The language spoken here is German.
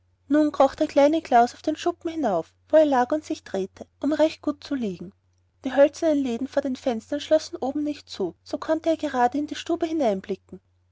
nun kroch der kleine klaus auf den schuppen hinauf wo er lag und sich drehte um recht gut zu liegen die hölzernen laden vor den fenstern schlossen oben nicht zu und so konnte er gerade in die stube hineinblicken